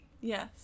Yes